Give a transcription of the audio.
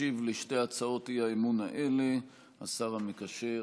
ישיב על שתי הצעות האי-אמון האלה השר המקשר,